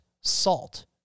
salt